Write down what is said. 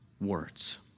words